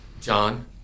John